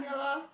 ya lor